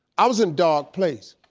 i was in dark place.